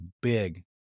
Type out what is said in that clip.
big